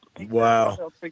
Wow